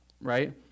right